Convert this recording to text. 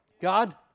God